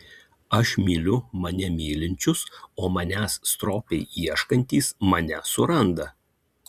aš myliu mane mylinčius o manęs stropiai ieškantys mane suranda